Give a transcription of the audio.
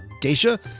geisha